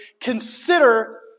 consider